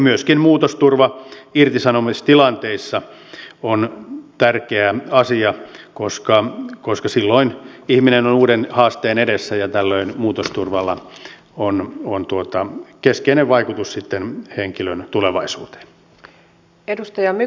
myöskin muutosturva irtisanomistilanteissa on tärkeä asia koska silloin ihminen on uuden haasteen edessä ja tällöin muutosturvalla on keskeinen vaikutus henkilön tulevaisuuteen